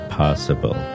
possible